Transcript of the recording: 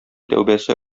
тәүбәсе